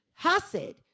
hasid